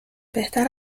بهتر